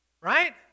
right